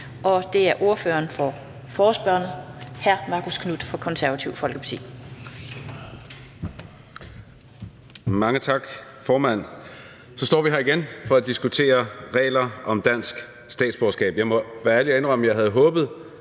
og det er fra ordføreren for forespørgerne, hr. Marcus Knuth, Det Konservative Folkeparti.